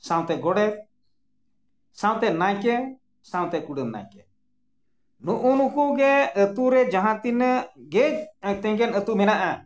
ᱥᱟᱶᱛᱮ ᱜᱚᱰᱮᱛ ᱥᱟᱶᱛᱮ ᱱᱟᱭᱠᱮ ᱥᱟᱶᱛᱮ ᱠᱩᱰᱟᱹᱢ ᱱᱟᱭᱠᱮ ᱱᱩᱜᱼᱩ ᱱᱩᱠᱩᱜᱮ ᱟᱛᱳ ᱨᱮ ᱡᱟᱦᱟᱸ ᱛᱤᱱᱟᱹᱜ ᱜᱮᱡ ᱛᱮᱜᱮᱱ ᱟᱛᱳ ᱢᱮᱱᱟᱜᱼᱟ